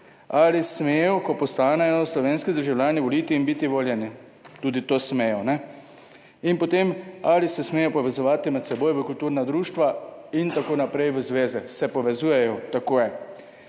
Ali smejo, ko postanejo slovenski državljani, voliti in biti voljeni? Tudi to smejo. Ali se smejo povezovati med seboj v kulturna društva in tako naprej, v zveze? Se povezujejo, tako je.